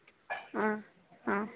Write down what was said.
ହଁ ହଁ